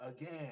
Again